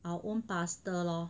our own pastor lor